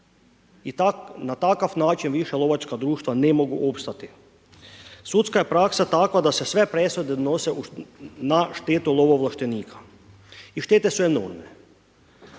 I na takav način više lovačka društva više ne mogu opstati. Sudska je praksa takva da se sve presude donose na štetu lovoovlaštenika. I štete su enormne,